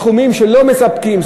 סכומים שלא מספקים,